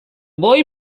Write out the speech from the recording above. boy